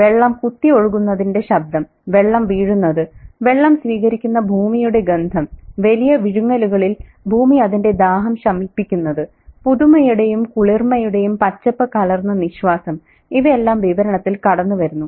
വെള്ളം കുത്തിയൊഴുകുന്നതിന്റെ ശബ്ദം വെള്ളം വീഴുന്നത് വെള്ളം സ്വീകരിക്കുന്ന ഭൂമിയുടെ ഗന്ധം വലിയ വിഴുങ്ങലുകളിൽ ഭൂമി അതിന്റെ ദാഹം ശമിപ്പിക്കുന്നത് പുതുമയുടെയും കുളിർമയുടെയും പച്ചപ്പ് കലർന്ന നിശ്വാസം ഇവയെല്ലാം വിവരണത്തിൽ കടന്നുവരുന്നു